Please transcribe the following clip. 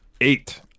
eight